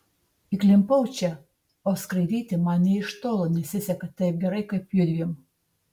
įklimpau čia o skraidyti man nė iš tolo nesiseka taip gerai kaip judviem